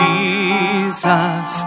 Jesus